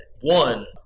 one